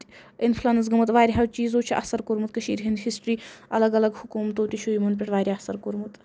influence گٔمٕژ واریاہو چیٖزو چھ اَثر کوٚرمُت کٔشیٖر ہٕنٛدۍ ہِسٹری الگ الگ حکوٗمتو تہِ چھ یِمن پٮ۪ٹھ واریاہ اَثر کوٚرمُت